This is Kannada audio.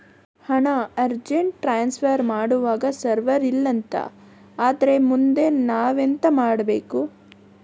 ಹಣ ಅರ್ಜೆಂಟ್ ಟ್ರಾನ್ಸ್ಫರ್ ಮಾಡ್ವಾಗ ಸರ್ವರ್ ಇಲ್ಲಾಂತ ಆದ್ರೆ ಮುಂದೆ ನಾವೆಂತ ಮಾಡ್ಬೇಕು?